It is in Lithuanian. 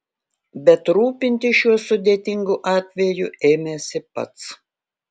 bet rūpintis šiuo sudėtingu atveju ėmėsi pats